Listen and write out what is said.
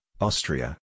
Austria